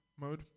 Mode